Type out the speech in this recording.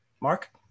Mark